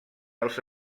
als